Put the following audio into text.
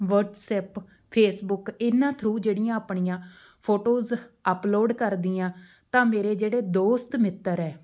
WhatsApp Facebook ਇਹਨਾਂ through ਜਿਹੜੀਆਂ ਆਪਣੀਆਂ ਫੋਟੋਜ਼ ਅਪਲੋਡ ਕਰਦੀ ਹਾਂ ਤਾਂ ਮੇਰੇ ਜਿਹੜੇ ਦੋਸਤ ਮਿੱਤਰ ਹੈ